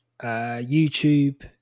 YouTube